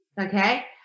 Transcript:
okay